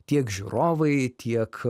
tiek žiūrovai tiek